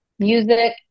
Music